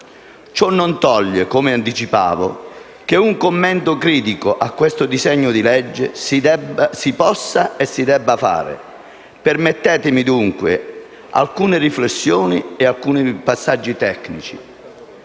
Ciò non toglie, come anticipavo, che un commento critico a questo disegno di legge si possa e si debba fare. Permettetemi, dunque, alcune riflessioni e alcuni passaggi tecnici.